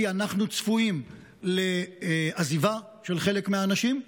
כי אנחנו צפויים לעזיבה של חלק מהאנשים,